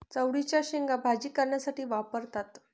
चवळीच्या शेंगा भाजी करण्यासाठी वापरतात